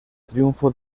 triunfo